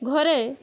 ଘରେ